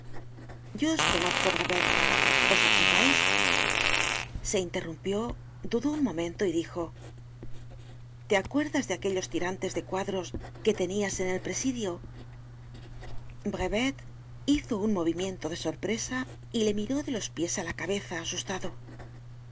yo os conozco brevet os acordais se interrumpió dudó un momento y dijo te acuerdas de aquellos tirantes de cuadros que tenias en el presidio brevet hizo un movimiento de sorpresa y le miró de los pies á la cabeza asustado